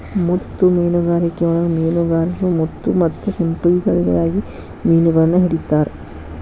ಮುತ್ತು ಮೇನುಗಾರಿಕೆಯೊಳಗ ಮೇನುಗಾರರು ಮುತ್ತು ಮತ್ತ ಸಿಂಪಿಗಳಿಗಾಗಿ ಮಿನುಗಳನ್ನ ಹಿಡಿತಾರ